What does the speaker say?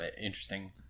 interesting